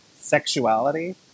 Sexuality